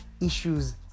issues